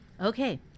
Okay